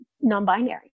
non-binary